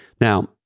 Now